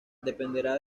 dependerá